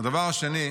הדבר השני,